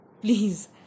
please